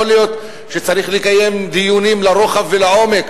יכול להיות שצריך לקיים דיונים לרוחב ולעומק,